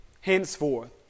henceforth